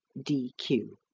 d q.